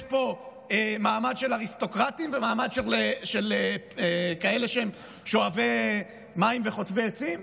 יש פה מעמד של אריסטוקרטים ומעמד של כאלה שהם שואבי מים וחוטבי עצים?